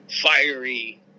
fiery